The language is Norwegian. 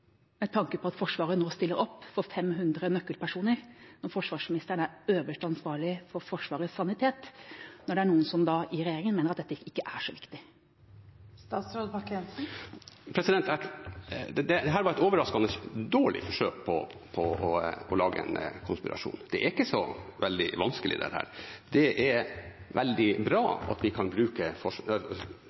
med tanke på at Forsvaret nå stiller opp for 500 nøkkelpersoner, og forsvarsministeren er øverste ansvarlig for Forsvarets sanitet, når det er noen i regjeringa som mener at dette ikke er så viktig. Dette var et overraskende dårlig forsøk på å lage en konspirasjon. Det er ikke så veldig vanskelig, dette. Det er veldig bra at vi kan bruke